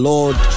Lord